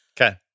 Okay